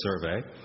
survey